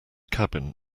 cabin